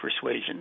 persuasion